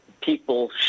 people